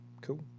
cool